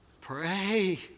Pray